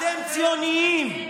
אתם ציונים,